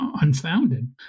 unfounded